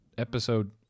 episode